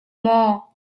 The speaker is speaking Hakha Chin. maw